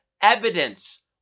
evidence